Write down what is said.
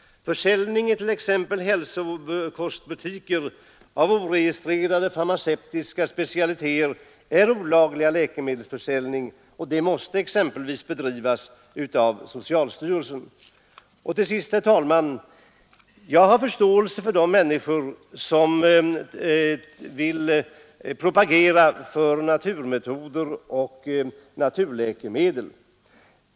Försäljning i t.ex. hälsokostbutiker av oregistrerade farmaceutiska specialiteter är olaglig läkemedelsförsäljning, och det måste beivras av socialstyrelsen. Jag har förståelse för de människor som vill propagera för naturmetoder och naturläkemedel.